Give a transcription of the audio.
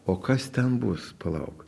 o kas ten bus palauk